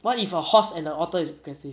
what if a horse and the otter is aggressive